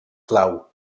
clau